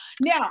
Now